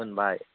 मोनबाय